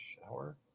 shower